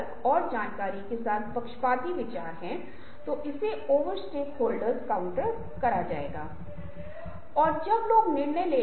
एक मौजूदा सिस्टम या उत्पाद लें इसे छोटे भागों या सबसेट में तोड़ दें